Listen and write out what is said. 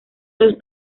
los